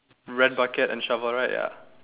red bucket and shovel right ya